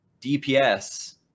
DPS